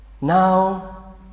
Now